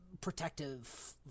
protective